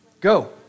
Go